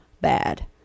bad